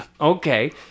Okay